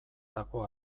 dago